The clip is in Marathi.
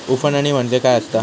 उफणणी म्हणजे काय असतां?